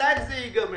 מתי זה ייגמר?